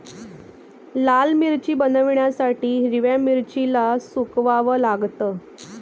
लाल मिरची बनवण्यासाठी हिरव्या मिरचीला सुकवाव लागतं